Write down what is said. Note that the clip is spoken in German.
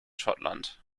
schottland